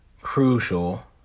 crucial